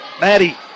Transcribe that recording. Maddie